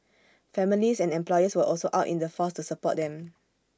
families and employers were also out in force to support them